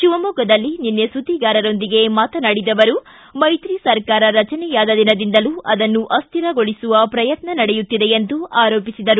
ಶಿವಮೊಗ್ಗದಲ್ಲಿ ನಿನ್ನೆ ಸುದ್ದಿಗಾರರೊಂದಿಗೆ ಮಾತನಾಡಿದ ಅವರು ಮೈತ್ರಿ ಸರ್ಕಾರ ರಚನೆಯಾದ ದಿನದಿಂದಲೂ ಅದನ್ನು ಅಸ್ಥಿರಗೊಳಿಸುವ ಪ್ರಯತ್ನ ನಡೆಯುತ್ತಿದೆ ಎಂದು ಆರೋಪಿಸಿದರು